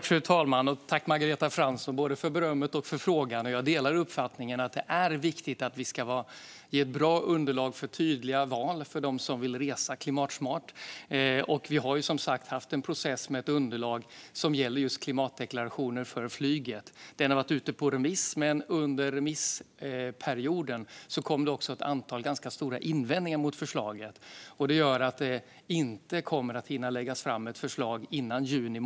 Fru talman! Jag tackar Margareta Fransson för både beröm och fråga. Jag delar uppfattningen att det är viktigt att ge bra underlag för tydliga val för dem som vill resa klimatsmart, och vi har som sagt haft en process med ett underlag som gäller just klimatdeklarationer för flyget. Det har varit ute på remiss, men under remissperioden kom det ett antal större invändningar mot förslaget, vilket gör att det inte kommer att hinna läggas fram före juni.